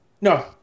No